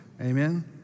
Amen